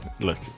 look